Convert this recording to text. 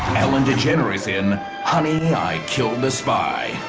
ellen degeneres in honey, i killed the spy.